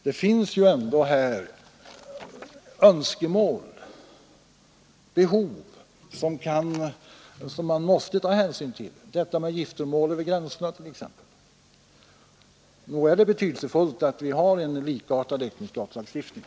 Det finns ju ändå här önskemål och behov som man måste ta hänsyn till — giftermål över gränserna t.ex. Nog är det betydelsefullt att vi har en likartad äktenskapslagstiftning.